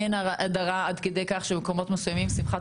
אין הדרה עד כדי כך שבמקומות מסוימים שמחת